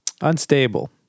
unstable